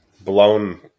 blown